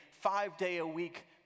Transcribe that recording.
five-day-a-week